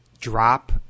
drop